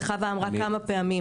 וחוה אמרה כמה פעמים,